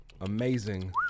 Amazing